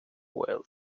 whale